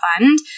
fund